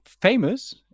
famous